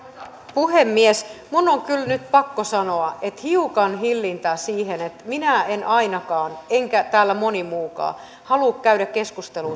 puhemies minun on kyllä nyt pakko sanoa että hiukan hillintää minä en ainakaan eikä täällä moni muukaan halua käydä keskustelua